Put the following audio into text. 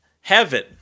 heaven